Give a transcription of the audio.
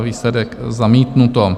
Výsledek: zamítnuto.